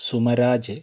Sumaraj